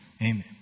Amen